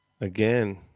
Again